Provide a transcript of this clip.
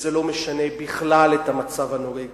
שזה לא משנה בכלל את המצב הנוהג בישראל,